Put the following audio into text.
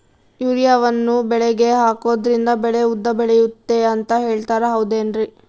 ಯೂರಿಯಾವನ್ನು ಬೆಳೆಗೆ ಹಾಕೋದ್ರಿಂದ ಬೆಳೆ ಉದ್ದ ಬೆಳೆಯುತ್ತೆ ಅಂತ ಹೇಳ್ತಾರ ಹೌದೇನ್ರಿ?